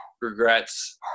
regrets